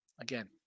again